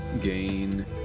gain